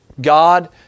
God